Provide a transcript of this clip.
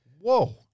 Whoa